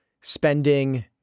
spending